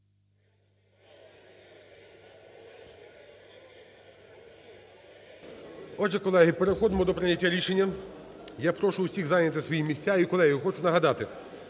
Отже, колеги, переходимо до прийняття рішення. Я прошу всіх зайняти свої місця. І, колеги, хочу нагадати,